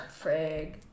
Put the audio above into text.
Frig